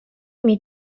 мій